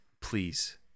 please